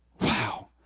Wow